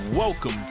Welcome